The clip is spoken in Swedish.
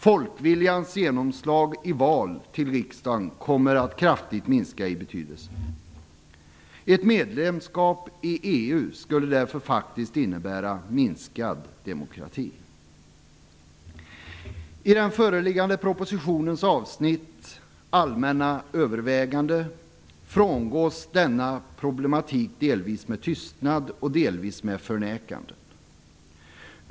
Folkviljans genomslag i val till riksdagen kommer att kraftigt minska i betydelse. Ett medlemskap i EU skulle därför faktiskt innebära minskad demokrati. I den föreliggande propositionens avsnitt Allmänna överväganden frångås denna problematik delvisl med tystnad, delvis med förnekanden.